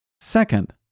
Second